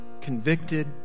Convicted